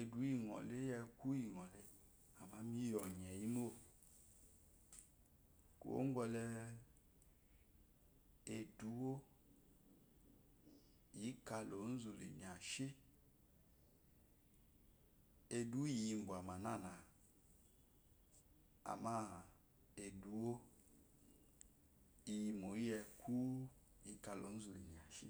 Eduwo iyehe iyi eku iyekje amma mi yo ɔye yi mo kuwokwohe eduwo nralozyu inyashi eduwo iyi ibwama nana amma iyimoyi eku ika lozu inyashi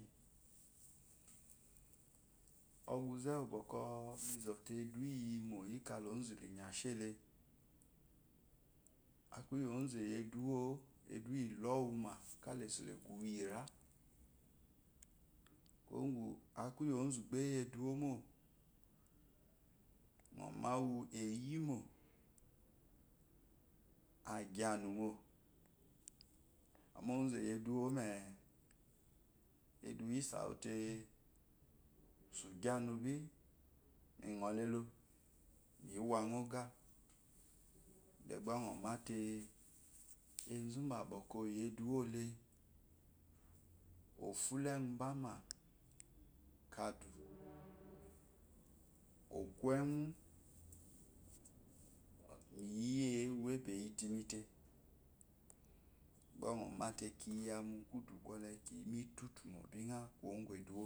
ɔquze úwú bɔkɔ mi zote eduwo iyimo ika lozu inyashi ehe aku iyi ozu ewi eduwowa eduwo ilowuma ka ozu leso ewo iyira kuwoqu aku iyi ozu baeyi eduwomo nomawu eymo agyi anu mo amma ozu eyi eduwomeé eduwo izahete so igwana bi minɔ lelo me wana oga deba jɔ mate ezu bá bɔkɔ iyi eduwole ofulo ewubámá mukadú okuenwei miyiyeé uwe beyi timi te be ɔmate leyama kudu kwole ki yimu itutumó pija kuwo ugu eduwo